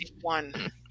one